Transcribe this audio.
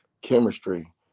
Chemistry